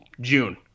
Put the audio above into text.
June